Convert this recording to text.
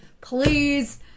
please